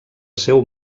seu